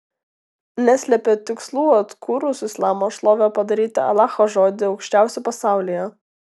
neslepia tikslų atkūrus islamo šlovę padaryti alacho žodį aukščiausiu pasaulyje